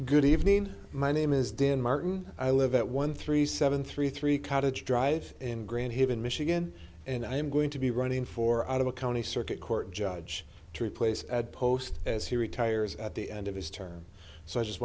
good evening my name is dan martin i live at one three seven three three cottage drive in grand haven michigan and i'm going to be running for out of the county circuit court judge to replace post as he retires at the end of his term so i just